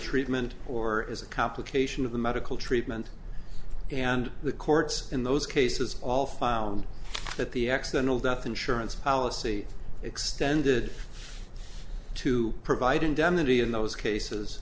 treatment or is a complication of the medical treatment and the courts in those cases all found that the accidental death insurance policy extended to provide indemnity in those cases